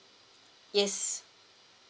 yes